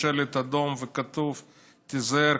יש שלט אדום וכתוב: תיזהר,